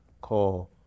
call